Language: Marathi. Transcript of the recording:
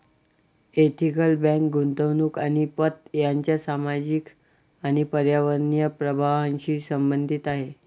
एथिकल बँक गुंतवणूक आणि पत यांच्या सामाजिक आणि पर्यावरणीय प्रभावांशी संबंधित आहे